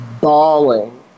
bawling